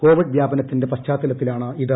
Covid വ്യാപനത്തിന്റെ പശ്ചാത്തലത്തിലാണിത്